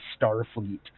Starfleet